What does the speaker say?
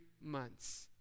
months